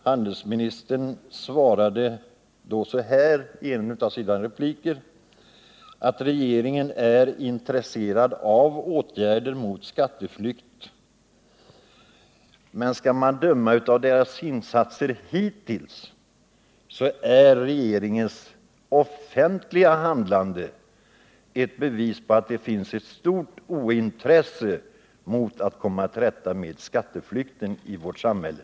Handelsministern svarade i en av sina repliker att regeringen är intresserad av åtgärder mot skatteflykt. Men regeringens offentliga handlande hittills är ett bevis på att det finns ett stort ointresse för att komma till rätta med skatteflykten i vårt samhälle.